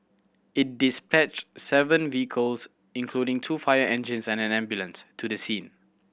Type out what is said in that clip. it dispatched seven vehicles including two fire engines and an ambulance to the scene